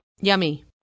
Yummy